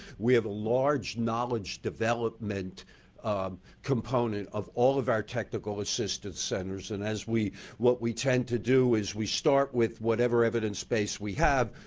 we have a large knowledge development component of all of our technical assistance centers. and as what we tend to do is we start with whatever evidence base we have,